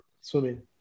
swimming